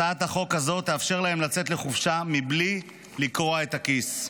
הצעת החוק הזו תאפשר להם לצאת לחופשה בלי לקרוע את הכיס.